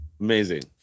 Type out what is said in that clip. Amazing